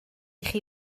chi